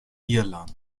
irland